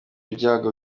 ibyago